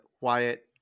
Wyatt